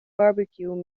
barbecue